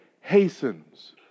hastens